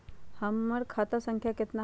हमर खाता संख्या केतना हई?